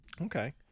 Okay